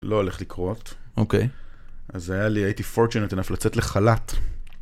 לא הולך לקרות, אוקיי, אז הייתי fortunate enough לצאת לחל"ת.